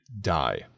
Die